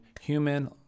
human